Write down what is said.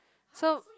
so